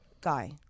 Guy